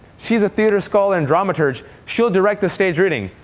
she's a theater scholar and dramaturge. she'll direct the staged reading.